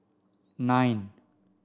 nine